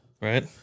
right